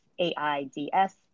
A-I-D-S